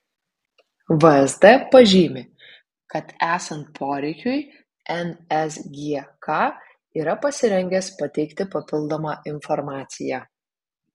vsd pažymi kad esant poreikiui nsgk yra pasirengęs pateikti papildomą informaciją